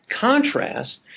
contrast